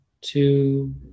two